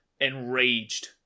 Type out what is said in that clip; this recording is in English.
enraged